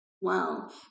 Wow